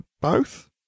Both